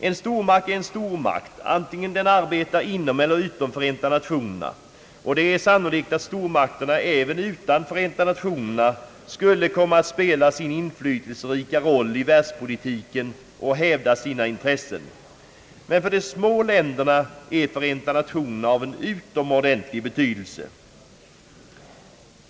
En stormakt är en stormakt, antingen den arbetar inom eller utom Förenta Nationerna, och det är sannolikt att stormakterna även utanför Förenta Nationerna «skulle komma att spela sin inflytelserika roll i världspolitiken och hävda sina intressen, men för de små länderna är Förenta Nationerna av utomordentlig betydelse.